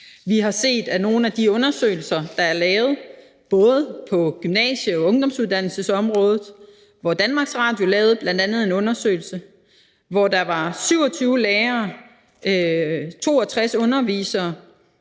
Vi har set det i nogle af de undersøgelser, der er lavet, f.eks. på gymnasie- og ungdomsuddannelsesområdet, hvor bl.a. Danmarks Radio lavede en rundspørge, hvor der var 27 lærere og 62 undervisere